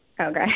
Okay